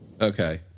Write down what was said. Okay